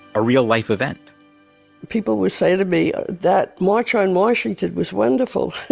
a real-life event people will say to me, oh, that march on washington was wonderful.